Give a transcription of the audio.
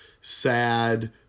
sad